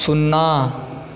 शुन्ना